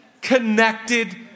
connected